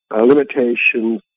limitations